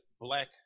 black